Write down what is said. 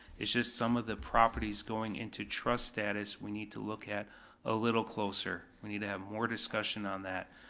it's just some of the properties going into trust status we need to look at a little closer. we need to have more discussion on that.